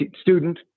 student